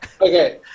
Okay